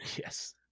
Yes